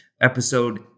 episode